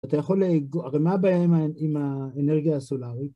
אתה יכול... אבל מה הבעיה עם האנרגיה הסולארית?